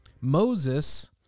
Moses